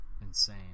insane